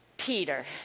Peter